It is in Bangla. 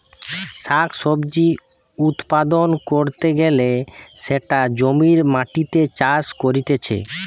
শাক সবজি উৎপাদন ক্যরতে গ্যালে সেটা জমির মাটিতে চাষ করতিছে